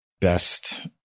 best